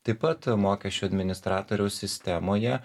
taip pat mokesčių administratoriaus sistemoje